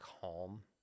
calm